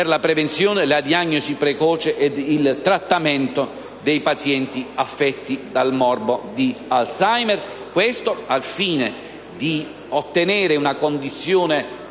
per la prevenzione, la diagnosi precoce ed il trattamento dei pazienti affetti dal morbo di Alzheimer al fine di ottenere una condizione